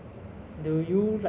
that's what I prefer lah you know